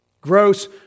Gross